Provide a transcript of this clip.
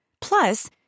Plus